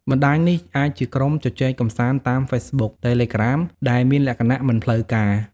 បណ្ដាញនោះអាចជាក្រុមជជែកកម្សាន្តតាមហ្វេសប៊ុក តេឡេក្រាមដែលមានលក្ខណៈមិនផ្លូវការ។